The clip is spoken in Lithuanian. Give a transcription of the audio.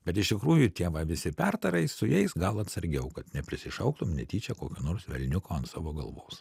bet iš tikrųjų tie va visi pertarai su jais gal atsargiau kad neprisišauktum netyčia kokio nors velniuko ant savo galvos